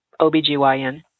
OBGYN